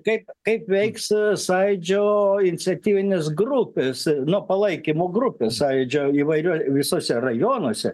kaip kaip veiks sąjūdžio iniciatyvinės grupės nu palaikymo grupės sąjūdžio įvairiuo visuose rajonuose